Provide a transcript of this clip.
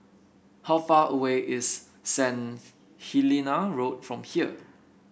how far away is Saint Helena Road from here